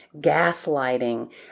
gaslighting